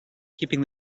keeping